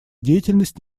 деятельность